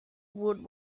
would